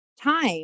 time